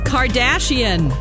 Kardashian